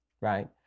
right